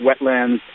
wetlands